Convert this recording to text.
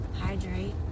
hydrate